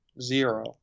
Zero